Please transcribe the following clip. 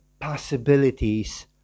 possibilities